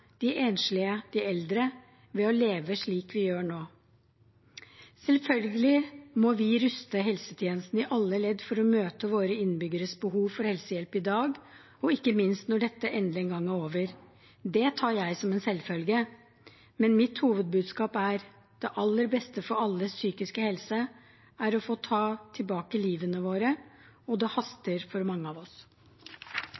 de enslige og de eldre, ved å leve slik vi gjør nå? Selvfølgelig må vi ruste helsetjenesten i alle ledd for å møte våre innbyggeres behov for helsehjelp i dag, og ikke minst når dette endelig en gang er over. Det tar jeg som en selvfølge. Men mitt hovedbudskap er: Det aller beste for alles psykiske helse er å få ta tilbake livet vårt, og det